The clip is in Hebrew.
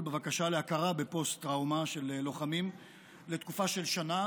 בבקשה להכרה בפוסט טראומה של לוחמים לתקופה של שנה,